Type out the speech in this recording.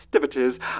festivities